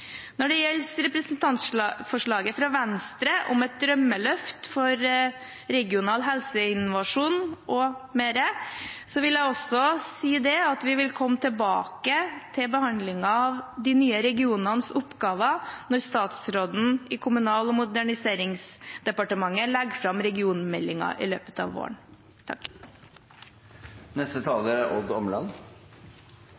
Når det gjelder representantforslaget fra Venstre om et drømmeløft for regional helseinnovasjon m.m., vil jeg også si at vi vil komme tilbake til behandlingen av de nye regionenes oppgaver når statsråden i Kommunal- og moderniseringsdepartementet legger fram regionmeldingen i løpet av våren.